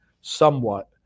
somewhat